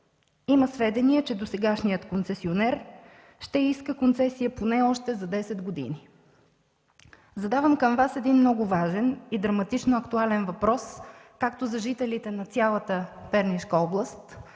Има сведения, че досегашният концесионер ще иска концесия поне още за десет години. Задавам към Вас един много важен и драматично актуален въпрос както за жителите на цялата Пернишка област,